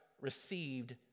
received